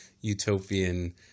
utopian